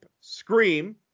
Scream